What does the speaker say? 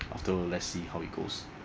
after let's see how it goes